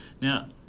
now